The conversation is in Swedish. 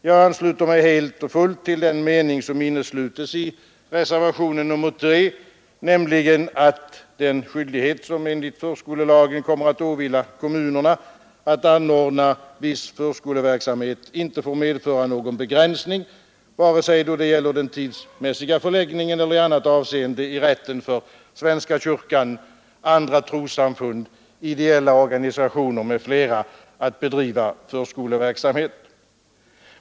Jag ansluter mig helt och hållet till den mening som inneslutes i reservationen 3, nämligen att den skyldighet som enligt förskolelagen kommer att åvila kommunerna att anordna viss förskoleverksamhet inte får medföra någon begränsning, vare sig när det gäller den tidsmässiga förläggningen eller i annat avseende, i rätten för svenska kyrkan, andra trossamfund, ideella organisationer m.fl. att bedriva förskoleverksamhet.